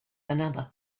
another